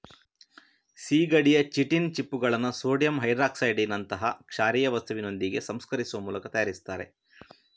ಸೀಗಡಿಯ ಚಿಟಿನ್ ಚಿಪ್ಪುಗಳನ್ನ ಸೋಡಿಯಂ ಹೈಡ್ರಾಕ್ಸೈಡಿನಂತಹ ಕ್ಷಾರೀಯ ವಸ್ತುವಿನೊಂದಿಗೆ ಸಂಸ್ಕರಿಸುವ ಮೂಲಕ ತಯಾರಿಸ್ತಾರೆ